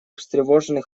встревожены